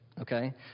Okay